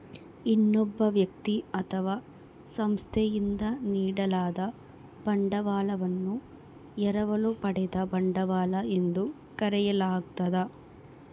ಇನ್ನೊಬ್ಬ ವ್ಯಕ್ತಿ ಅಥವಾ ಸಂಸ್ಥೆಯಿಂದ ನೀಡಲಾದ ಬಂಡವಾಳವನ್ನು ಎರವಲು ಪಡೆದ ಬಂಡವಾಳ ಎಂದು ಕರೆಯಲಾಗ್ತದ